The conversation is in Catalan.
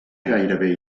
gairebé